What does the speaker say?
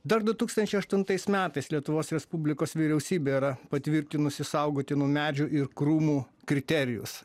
dar du tūkstančiai aštuntais metais lietuvos respublikos vyriausybė yra patvirtinusi saugotinų medžių ir krūmų kriterijus